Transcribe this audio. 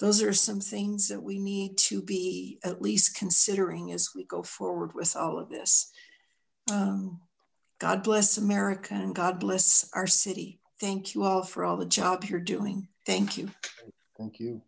those are some things that we need to be at least considering as we go forward with all of this god bless america and god bless our city thank you all for all the job you're doing thank you thank you